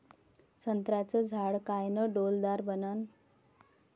संत्र्याचं झाड कायनं डौलदार बनन?